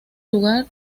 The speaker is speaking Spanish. lugar